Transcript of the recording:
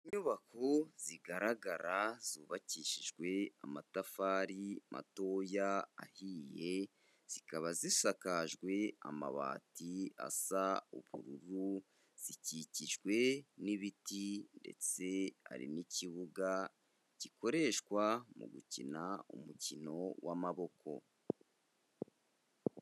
Inyubako zigaragara zubakishijwe amatafari matoya ahiye, zikaba zisakajwe amabati asa ubururu, zikikijwe n'ibiti ndetse hari n'ikibuga gikoreshwa mu gukina umukino w'amaboko.